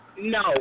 No